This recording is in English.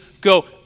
go